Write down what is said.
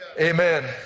amen